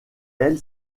elle